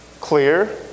clear